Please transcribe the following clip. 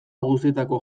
guztietako